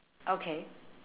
okay